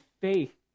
faith